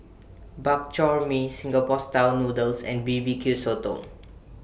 Bak Chor Mee Singapore Style Noodles and B B Q Sotong